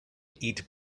eat